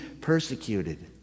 persecuted